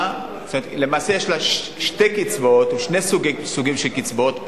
למעשה יש להם שני סוגים של קצבאות,